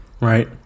Right